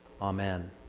amen